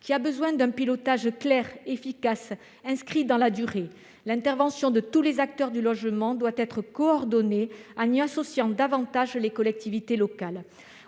qui a besoin d'un pilotage clair, efficace et inscrit dans la durée. L'intervention de tous les acteurs du logement doit être coordonnée, en y associant davantage les collectivités locales.